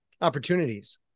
opportunities